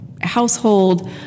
household